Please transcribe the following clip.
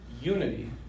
unity